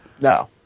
No